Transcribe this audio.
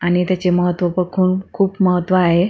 आणि त्याचे महत्त्व बखून खूप महत्त्व आहे